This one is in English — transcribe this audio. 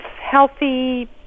healthy